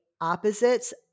opposites